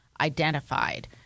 identified